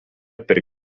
per